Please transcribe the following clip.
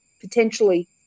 potentially